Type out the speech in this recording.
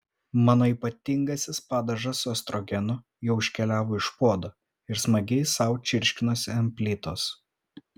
mano ypatingasis padažas su estrogenu jau iškeliavo iš puodo ir smagiai sau čirškinosi ant plytos